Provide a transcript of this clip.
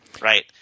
right